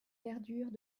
verdures